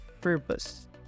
purpose